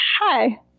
hi